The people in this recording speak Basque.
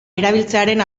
erabiltzearen